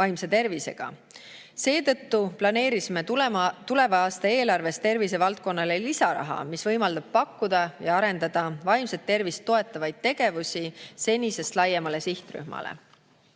vaimse tervise mured. Seetõttu oleme planeerinud tuleva aasta eelarves tervisevaldkonnale lisaraha, mis võimaldab pakkuda ja arendada vaimset tervist toetavaid tegevusi senisest laiema sihtrühma